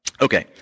Okay